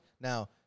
Now